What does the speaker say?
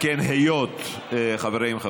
חברים.